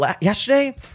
yesterday